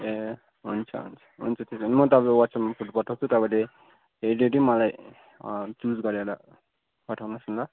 ए हुन्छ हुन्छ त्यसो भए म तपाईँलाई वाट्सएपमा फोटो पठाउँछु तपाईँले हेरिवरि मलाई चुज गरेर पठाउनुहोस् न ल